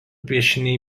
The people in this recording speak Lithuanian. piešiniai